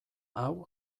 hau